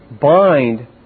bind